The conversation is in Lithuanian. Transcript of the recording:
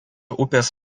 upės